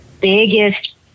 biggest